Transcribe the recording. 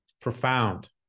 Profound